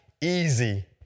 easy